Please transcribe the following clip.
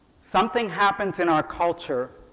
something happens in our culture,